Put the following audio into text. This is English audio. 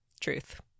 Truth